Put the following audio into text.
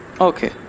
okay